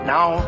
Now